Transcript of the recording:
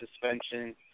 suspension –